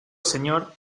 señor